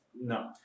no